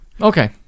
Okay